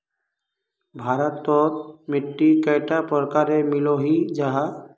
भारत तोत मिट्टी कैडा प्रकारेर मिलोहो जाहा?